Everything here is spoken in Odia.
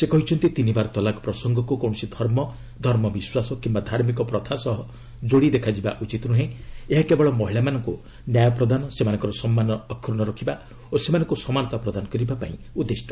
ସେ କହିଛନ୍ତି ତିନି ବାର ତଲାକ୍ ପ୍ରସଙ୍ଗକୁ କୌଣସି ଧର୍ମ ଧର୍ମବିଶ୍ୱାସ କିମ୍ବା ଧାର୍ମିକ ପ୍ରଥା ସହ ଯୋଡ଼ି ଦେଖାଯିବା ଉଚିତ ନୁହେଁ ଏହା କେବଳ ମହିଳାମାନଙ୍କୁ ନ୍ୟାୟ ପ୍ରଦାନ ସେମାନଙ୍କର ସମ୍ମାନ ଅକ୍ଷୁଣ୍ଡ ରଖିବା ଓ ସେମାନଙ୍କୁ ସମାନତା ପ୍ରଦାନ କରିବାପାଇଁ ଉଦ୍ଦିଷ୍ଟ